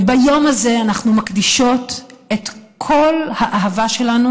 וביום הזה אנחנו מקדישות את כל האהבה שלנו